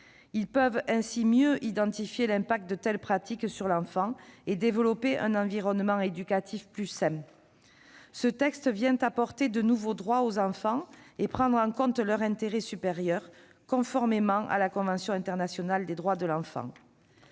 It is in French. Ils peuvent ainsi mieux identifier l'impact de telles pratiques sur l'enfant et développer un environnement éducatif plus sain. Ce texte vient apporter de nouveaux droits aux enfants et prendre en compte leur intérêt supérieur, conformément à la convention internationale des droits de l'enfant.